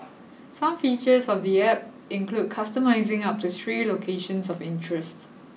some features of the App include customising up to three locations of interest